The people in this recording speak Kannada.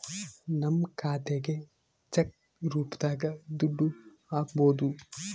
ನಮ್ ಖಾತೆಗೆ ಚೆಕ್ ರೂಪದಾಗ ದುಡ್ಡು ಹಕ್ಬೋದು